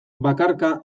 bakarka